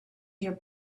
your